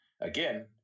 again